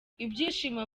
ibyishimo